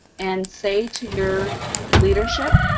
and say to your leadership,